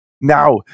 Now